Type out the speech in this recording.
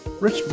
Rich